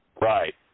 Right